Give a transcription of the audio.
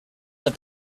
have